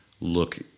look